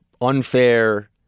unfair